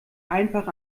einfach